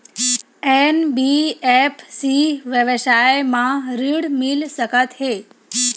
NBFC व्यवसाय मा ऋण मिल सकत हे